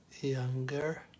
younger